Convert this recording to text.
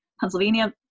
Pennsylvania